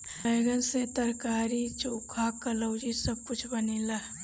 बैगन से तरकारी, चोखा, कलउजी सब कुछ बनेला